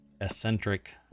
eccentric